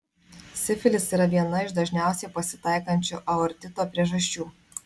sifilis yra viena iš dažniausiai pasitaikančių aortito priežasčių